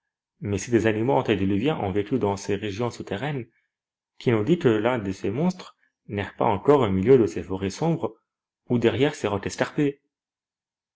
mais si des animaux antédiluviens ont vécu dans ces régions souterraines qui nous dit que l'un de ces monstres n'erre pas encore au milieu de ces forêts sombres ou derrière ces